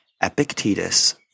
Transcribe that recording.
Epictetus